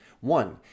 One